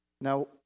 Now